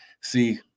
see